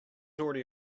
already